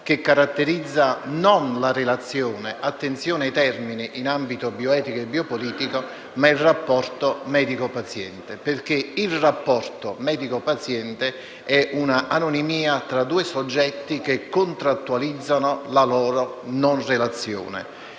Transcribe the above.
che caratterizza non la relazione - attenzione ai termini in ambito bioetico e biopolitico - ma il rapporto medico-paziente. Questo perché il rapporto medico-paziente è un'anonimia tra due soggetti che contrattualizzano la loro non relazione.